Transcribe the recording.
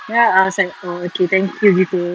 then I was like oh okay thank you gitu